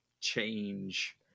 change